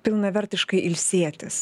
pilnavertiškai ilsėtis